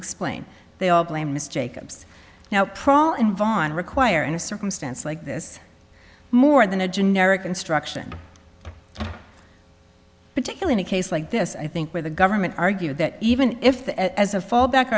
explain they all blame mr jacobs now crawl in von require in a circumstance like this more than a generic instruction particularly a case like this i think where the government argued that even if the as a fallback